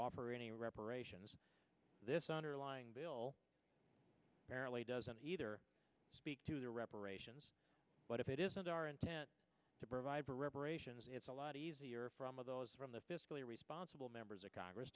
offering a reparations this underlying bill caraway doesn't either speak to the reparations but if it isn't our intent to provide for reparations it's a lot easier from of those from the fiscally responsible members of congress